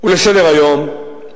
ולסדר-היום.